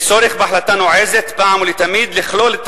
יש צורך בהחלטה נועזת אחת ולתמיד לכלול את